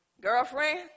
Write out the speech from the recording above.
Girlfriend